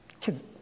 Kids